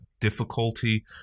difficulty